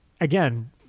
again